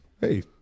Hey